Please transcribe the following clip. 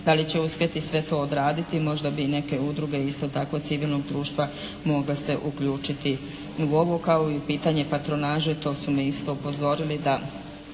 Da li će uspjeti sve to odraditi, možda bi neke udruge isto tako civilnog društva mogle se uključiti u ovo kao i pitanje patronaže, to su me isto upozorili